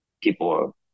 people